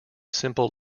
simple